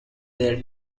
their